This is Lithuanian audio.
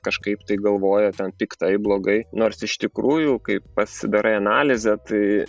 kažkaip tai galvoja ten piktai blogai nors iš tikrųjų kai pasidarai analizę tai